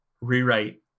rewrite